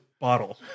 bottle